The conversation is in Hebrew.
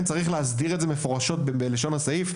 לכן, צריך להסדיר את זה מפורשות בלשון הסעיף.